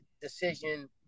decision